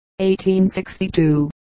1862